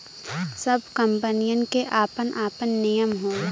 सब कंपनीयन के आपन आपन नियम होला